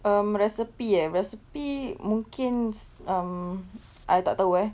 um recipe eh recipe mungkin um I tak tahu eh